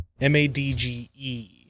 m-a-d-g-e